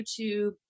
YouTube